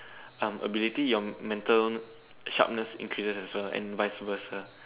um ability your mental sharpness increases as well and vice versa